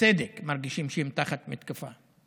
ובצדק הם מרגישים שהם תחת מתקפה.